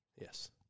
Yes